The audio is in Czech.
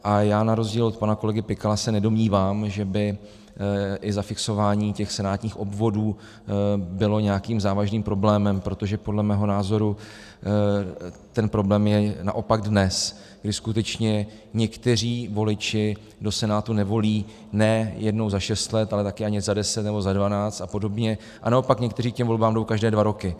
A já na rozdíl od pana kolegy Pikala se nedomnívám, že by i zafixování senátních obvodů bylo nějakým závažným problémem, protože podle mého názoru ten problém je naopak dnes, kdy skutečně někteří voliči do Senátu nevolí ne jednou za šest let, ale také ani za deset nebo za dvanáct a podobně, a naopak někteří k těm volbám jdou každé dva roky.